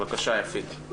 הביישניות,